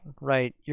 right